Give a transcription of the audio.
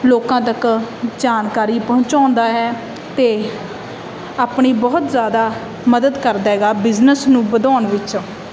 ਲੋਕਾਂ ਤੱਕ ਜਾਣਕਾਰੀ ਪਹੁੰਚਾਉਂਦਾ ਹੈ ਅਤੇ ਆਪਣੀ ਬਹੁਤ ਜ਼ਿਆਦਾ ਮਦਦ ਕਰਦਾ ਗਾ ਬਿਜ਼ਨਸ ਨੂੰ ਵਧਾਉਣ ਵਿੱਚ